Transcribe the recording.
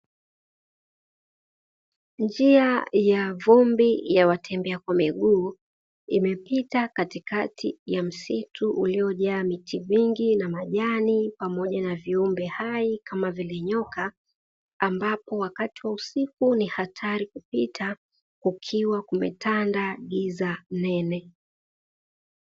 Njia ya vumbi ya watembea kwa miguu imepita katikati ya msitu uliojaa miti mingi na majani pamoja na viumbe hai kama vile nyoka ambapo wakati wa usiku ni hatari kupita kukiwa kumetanda giza nene.